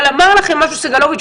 אבל אמר לכם משהו סגלוביץ',